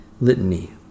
Litany